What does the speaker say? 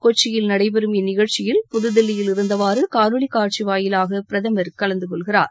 கொச்சியில் நடைபெறும் இந்நிகழ்ச்சியில் புது தில்லியிருந்தவாறு கானொலி காட்சி வாயிவாக பிரதமள் கலந்துகொள்கிறார்